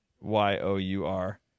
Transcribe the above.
Y-O-U-R